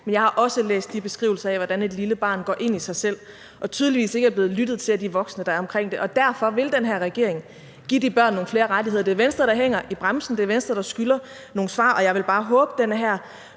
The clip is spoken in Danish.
Jeg har også læst de beskrivelser af, hvordan et lille barn går ind i sig selv og tydeligvis ikke er blevet lyttet til af de voksne, der er omkring det, og derfor vil den her regering give de børn flere rettigheder. Det er Venstre, der hænger i bremsen. Det er Venstre, der skylder nogle svar, og jeg vil bare håbe, at man fra